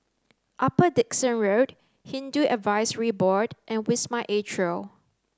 Upper Dickson Road Hindu Advisory Board and Wisma Atria